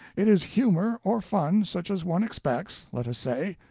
it is humor or fun such as one expects, let us say,